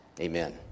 Amen